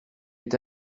est